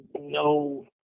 no